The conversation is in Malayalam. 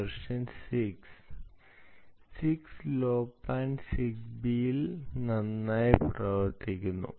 6 ലോ പാൻ സിഗ്ബിയിൽ നന്നായി പ്രവർത്തിക്കുന്നു